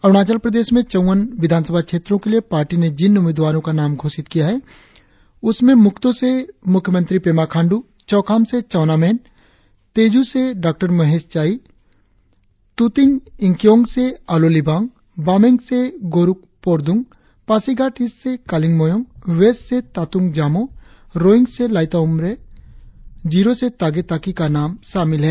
अरुणाचल प्रदेश में चौवन विधानसभा क्षेत्रो के लिए पार्टी ने जिन उम्मीदवारो का घोषित किया है उसमें मुक्टो से मुख्यमंत्री पेमा खांडू चौखाम से चाऊना मेन तेजु से डॉ महेश चाई तुतिंग यिंगकियंग से आलो लिबांग पासिघाट ईस्ट से कालिंग मोयोंग वेस्ट से तातुंग जामोह रोईंग से लाईता उम्ब्रे जीरो से तागे ताकी का नाम शामिल है